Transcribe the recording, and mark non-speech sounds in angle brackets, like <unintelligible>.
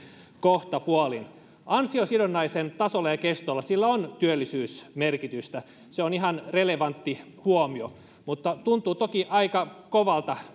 kohtapuolin ansiosidonnaisen tasolla ja kestolla on työllisyysmerkitystä se on ihan relevantti huomio mutta tuntuu toki aika kovalta <unintelligible>